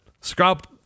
Scrap